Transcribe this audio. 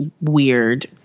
weird